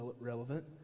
relevant